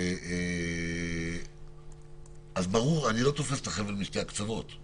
האזור האדום-צהוב זה האזור החם, עם תחלואה ממוקדת.